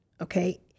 Okay